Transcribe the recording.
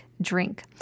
drink